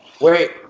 Wait